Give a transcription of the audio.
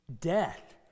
Death